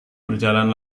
berjalan